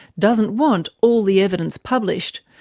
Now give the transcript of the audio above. doesn't want all the evidence published,